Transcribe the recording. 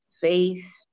faith